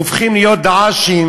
הופכים להיות "דאעשים"